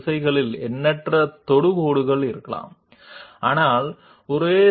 surface పై ఒక నిర్దిష్ట బిందువు వద్ద ఒకటి కంటే ఎక్కువ నార్మల్ ఉందా